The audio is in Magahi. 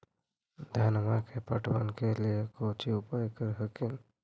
धनमा के पटबन के लिये कौची उपाय कर हखिन?